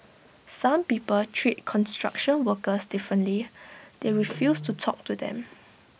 some people treat construction workers differently they refuse to talk to them